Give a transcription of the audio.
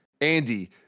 Andy